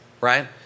Right